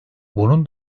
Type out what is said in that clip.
bunun